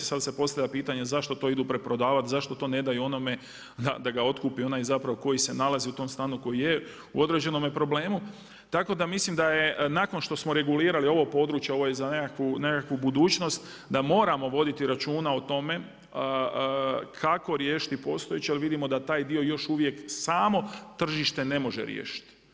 Sad se postavlja pitanje zašto to idu preprodavati, zašto to ne daju onome da ga otkupi onaj zapravo koji se nalazi u tom stanu koji je u određenom problemu, tako da mislim da je nakon što smo regulirali ono područje, ovo je za nekakvu budućnost da moramo voditi računa o tome kako riješiti postojeće jer vidimo da taj dio još uvijek samo tržište ne može riješiti.